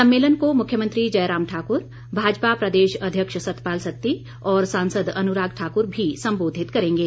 सम्मेलन को मुख्यमंत्री जयराम ठाकुर भाजपा प्रदेश अध्यक्ष सतपाल सत्ती और सांसद अनुराग ठाकुर भी संबोधित करेंगे